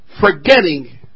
forgetting